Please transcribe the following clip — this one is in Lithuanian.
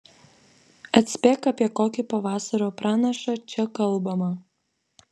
atspėk apie kokį pavasario pranašą čia kalbama